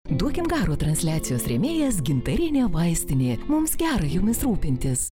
duokim garo transliacijos rėmėjas gintarinė vaistinė mums gerai jumis rūpintis